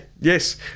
Yes